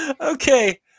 Okay